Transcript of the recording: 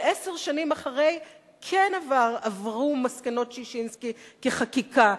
ועשר שנים אחרי כן עברו מסקנות ששינסקי כחקיקה,